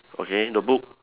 okay the book